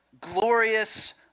glorious